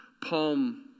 palm